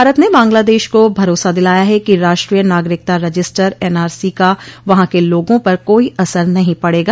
भारत ने बांग्लादेश को भरोसा दिलाया है कि राष्ट्रीय नागरिकता रजिस्टर एनआरसी का वहां के लोगों पर कोई असर नहीं पड़ेगा